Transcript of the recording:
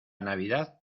navidad